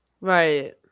Right